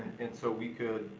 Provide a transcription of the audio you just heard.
and so we could,